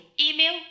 Email